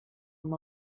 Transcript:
amb